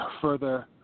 further